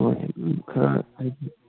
ꯍꯣꯏ ꯑꯗꯨꯝ ꯈꯔ ꯍꯥꯏꯗꯤ